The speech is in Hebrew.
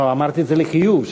אמרתי את זה לחיוב,